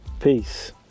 Peace